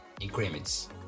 increments